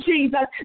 Jesus